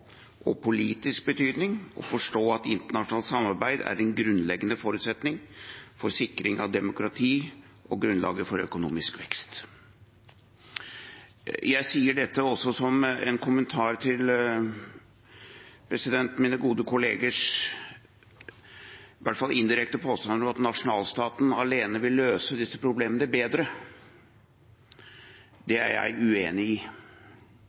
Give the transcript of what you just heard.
og politisk betydning, å forstå at internasjonalt samarbeid er en grunnleggende forutsetning for sikring av demokrati og grunnlaget for økonomisk vekst. Jeg sier dette også som en kommentar til mine gode kollegers – i hvert fall indirekte – påstander om at nasjonalstaten alene vil løse disse problemene bedre. Det er jeg uenig i.